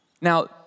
Now